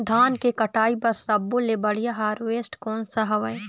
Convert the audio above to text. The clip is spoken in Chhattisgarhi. धान के कटाई बर सब्बो ले बढ़िया हारवेस्ट कोन सा हवए?